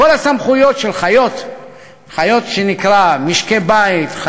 וכל הסמכויות של חיות של משקי בית,